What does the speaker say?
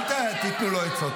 אל תיתנו לו עצות.